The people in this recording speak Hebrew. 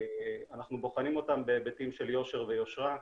אנחנו בוחנים אותם בהיבטים של יושר ויושרה,